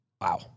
Wow